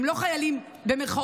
הם לא חיילים "פשוטים" במירכאות,